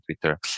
Twitter